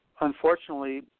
unfortunately